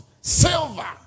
silver